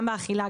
גם באכילה,